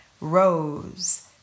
rose